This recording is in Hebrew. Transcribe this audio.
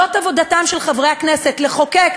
זאת עבודתם של חברי הכנסת, לחוקק.